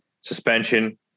suspension